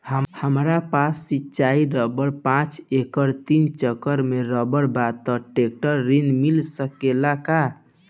हमरा पास सिंचित रकबा पांच एकड़ तीन चक में रकबा बा त ट्रेक्टर ऋण मिल सकेला का?